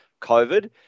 COVID